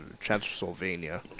Transylvania